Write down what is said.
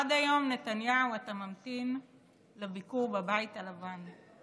עד היום, נתניהו, אתה ממתין לביקור בבית הלבן.